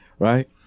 Right